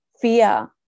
fear